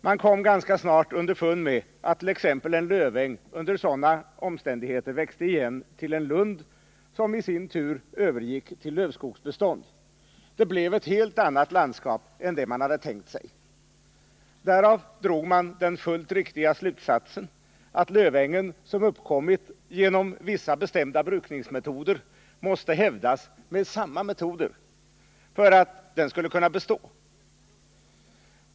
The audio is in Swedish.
Man kom ganska snart underfund med att t.ex. en lö ng under sådana förhållanden växte igen till en lund, som i sin tur övergick till lövskogsbestånd — det blev ett helt annat landskap än det man hade tänkt sig. Därav drog man den fullt riktiga slutsatsen, att lövängen, som uppkommit genom vissa bestämda brukningsmetoder, måste hävdas med samma metoder för att den skulle kunna bestå.